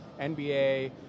NBA